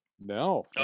No